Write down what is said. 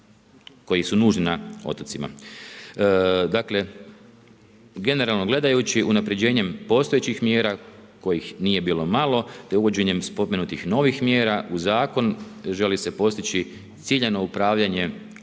koji su nužni na otocima. Dakle generalno gledajući unapređenjem postojećih mjera kojih nije bilo malo te uvođenjem spomenutih novih mjera u zakon želi se postići ciljano upravljanje